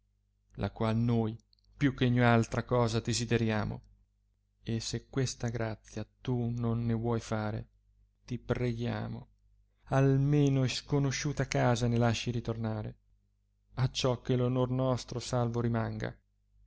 la qual noi più cho ogni altra cosa desideriamo e se questa grazia tu non ne vuoi fare ti preghiamo almeno isconosciute a casa ne lasci ritornare acciò che l onor nostro salvo rimanga